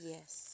Yes